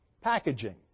packaging